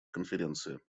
конференции